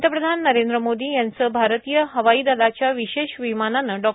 पंतप्रधान नरेंद्र मोधी याचं भारतीय हवाई लाच्या विशेष विमानानं डॉ